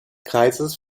kreises